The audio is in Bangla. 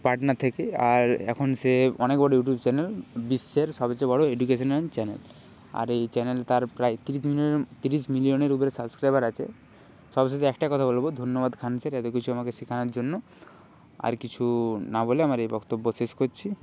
পাটনা থেকে আর এখন সে অনেক বড় ইউটিউব চ্যানেল বিশ্বের সবচেয়ে বড় এডুকেশনাল চ্যানেল আর এই চ্যানেল তার প্রায় তিরিশ মিলিয়নের ওপরে সাবস্ক্রাইবার আছে সবশেষে একটাই কথা বলবো ধন্যবাদ খান স্যার এত কিছু আমাকে শেখানোর জন্য আর কিছু না বলে আমার এই বক্তব্য শেষ করছি